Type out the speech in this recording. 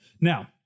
Now